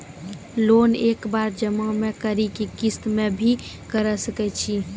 Loan एक बार जमा म करि कि किस्त मे भी करऽ सके छि?